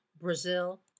Brazil